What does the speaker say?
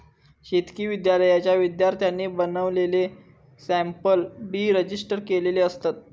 शेतकी विद्यालयाच्या विद्यार्थ्यांनी बनवलेले सॅम्पल बी रजिस्टर केलेले असतत